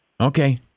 Okay